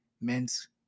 men's